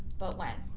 but when,